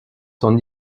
sont